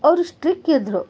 ಅವರು ಸ್ಟ್ರಿಕ್ ಇದ್ದರು